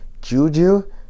Juju